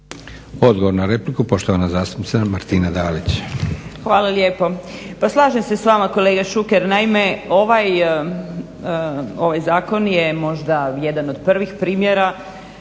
Odgovor na repliku poštovana zastupnica Martina Dalić.